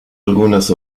algunas